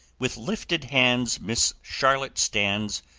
with lifted hands miss charlotte stands,